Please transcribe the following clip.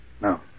No